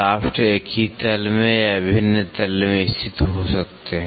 shaft एक ही तल में या भिन्न तल में स्थित हो सकते हैं